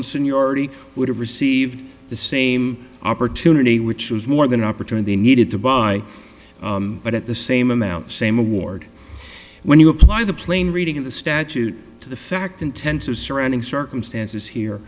in seniority would have received the same opportunity which was more than opportunity needed to buy but at the same amounts same award when you apply the plain reading of the statute to the fact intensive surrounding circumstances here